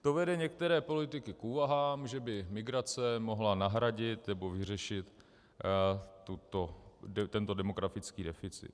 To vede některé politiky k úvahám, že by migrace mohla nahradit nebo vyřešit tento demografický deficit.